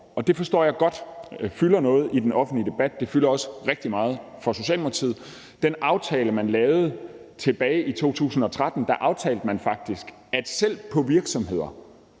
Det forstår jeg godt fylder noget i den offentlige debat; det fylder også rigtig meget for Socialdemokratiet. I den aftale, man lavede tilbage i 2013, aftalte man faktisk, at selv på virksomheder,